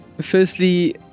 firstly